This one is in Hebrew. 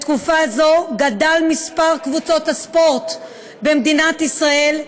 בתקופה זו גדל מספר קבוצות הספורט במדינת ישראל,